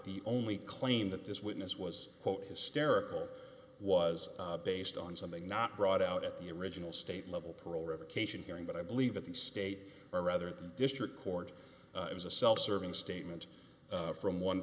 the only claim that this witness was quote hysterical was based on something not brought out at the original state level parole revocation hearing but i believe that the state or rather than district court it was a self serving statement from one